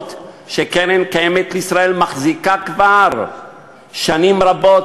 באדמות שקרן קיימת לישראל מחזיקה כבר שנים רבות,